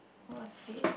who was it